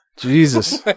Jesus